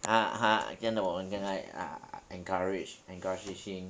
他他真的我们跟他 ah encourage encourage him